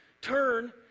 turn